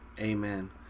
Amen